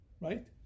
right